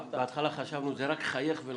בהתחלה חשבנו, זה רק חייך ולחץ.